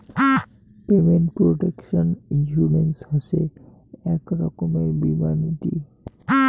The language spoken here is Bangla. পেমেন্ট প্রটেকশন ইন্সুরেন্স হসে এক রকমের বীমা নীতি